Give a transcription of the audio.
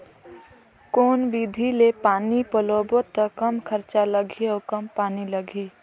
कौन विधि ले पानी पलोबो त कम खरचा लगही अउ कम पानी लगही?